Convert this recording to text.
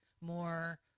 More